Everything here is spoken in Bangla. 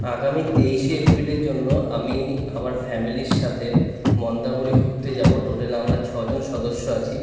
আগামী তেইশে এপ্রিলের জন্য আমি আমার ফ্যামিলির সাথে মন্দারমণি ঘুরতে যাব টোটাল আমরা ছজন সদস্য আছি